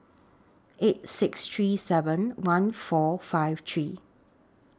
eight six three seven one four five three